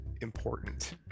important